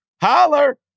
holler